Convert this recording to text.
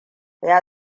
ya